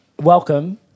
Welcome